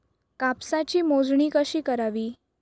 कापसाची मोजणी कशी करावी?